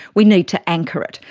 we need to anchor it,